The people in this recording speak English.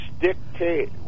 dictate